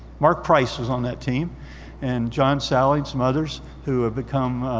mark price was on that team and john salley, some others who have become,